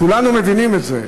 כולנו מבינים את זה.